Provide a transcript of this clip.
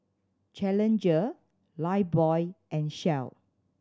Challenger Lifebuoy and Shell